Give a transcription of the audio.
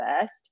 first